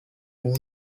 moon